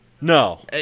no